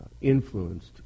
influenced